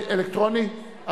אלקטרוני?